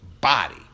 body